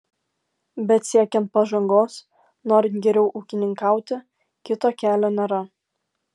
bet siekiant pažangos norint geriau ūkininkauti kito kelio nėra